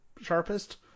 sharpest